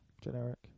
generic